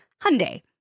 Hyundai